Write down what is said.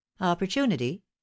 opportunity